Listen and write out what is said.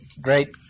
great